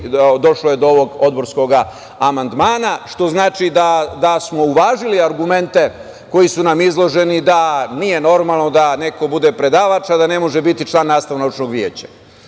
došlo do ovog odborskog amandmana, što znači da smo uvažili argumente koji su nam izloženi, da nije normalno da neko bude predavač, a da ne može biti član nastavno-naučnog veća.